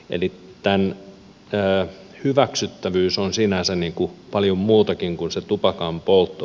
eli tämän hyväksyttävyys on sinänsä paljon muutakin kuin se tupakanpoltto